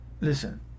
listen